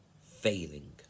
failing